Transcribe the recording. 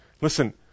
Listen